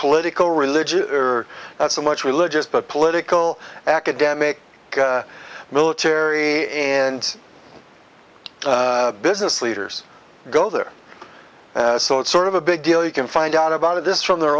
political religious or not so much religious but political academic military and business leaders go there so it's sort of a big deal you can find out about this from their